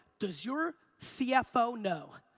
does your cfo know,